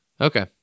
Okay